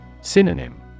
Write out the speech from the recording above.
Synonym